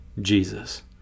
Jesus